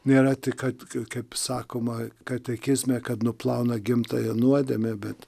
nėra tik kad kaip sakoma katekizme kad nuplauna gimtąją nuodėmę bet